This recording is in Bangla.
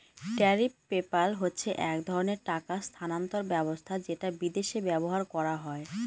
ট্যারিফ পেপ্যাল হচ্ছে এক ধরনের টাকা স্থানান্তর ব্যবস্থা যেটা বিদেশে ব্যবহার করা হয়